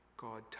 God